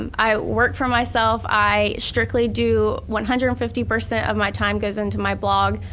um i work for myself, i strictly do one hundred and fifty percent of my time goes into my blog.